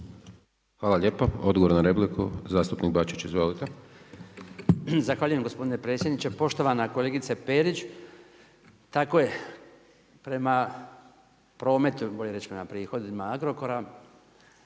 Hvala lijepo. Odgovor na repliku zastupnik Bačić. Izvolite.